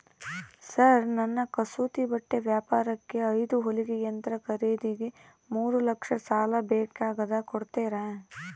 Sir ನನ್ನ ಕಸೂತಿ ಬಟ್ಟೆ ವ್ಯಾಪಾರಕ್ಕೆ ಐದು ಹೊಲಿಗೆ ಯಂತ್ರ ಖರೇದಿಗೆ ಮೂರು ಲಕ್ಷ ಸಾಲ ಬೇಕಾಗ್ಯದ ಕೊಡುತ್ತೇರಾ?